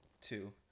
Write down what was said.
two